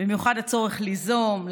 ובמיוחד הצורך ליזום,